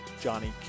Johnny